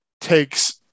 takes